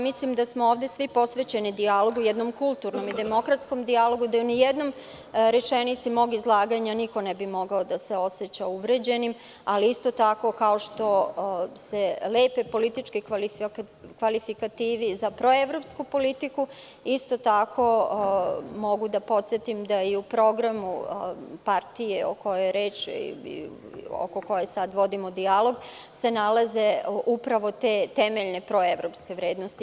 Mislim da smo ovde svi posvećeni dijalogu, jednom kulturnom i demokratskom dijalogu, gde u nijednoj rečenici mog izlaganja niko ne bi mogao da se oseća uvređenim, ali isto tako kao što se lepe politički kvalifikativi za proevropsku politiku, isto tako mogu da podsetim da se u programu partije o koje sada vodimo dijalog nalaze upravo te temeljne proevropske vrednosti.